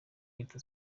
leta